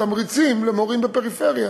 תמריצים למורים בפריפריה,